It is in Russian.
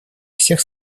всех